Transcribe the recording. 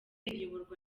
iyoborwa